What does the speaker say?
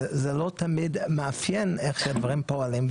וזה לא תמיד מאפיין איך שהדברים פועלים.